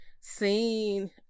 seen